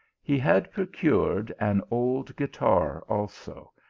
he had procured an old guitar also,